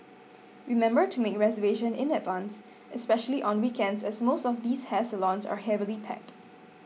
remember to make reservation in advance especially on weekends as most of these hair salons are heavily packed